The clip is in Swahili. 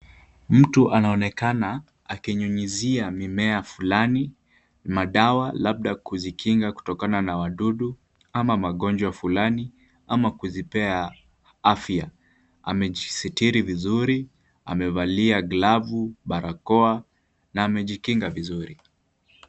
Mtu anaonekana akinyunyizia mimea fulani madawa labda kuzikinga kutokana na wadudu ama magonjwa fulani ama kuzipea afya. Amejisitiri vizuri, amevalia glavu, barakoa na amejikinga vizuri.